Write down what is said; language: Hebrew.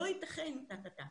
לא יתכן וכולי.